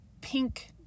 pink